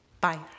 Bye